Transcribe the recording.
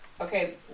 okay